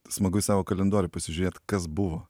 smagu į savo kalendorių pasižiūrėt kas buvo